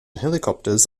helicopters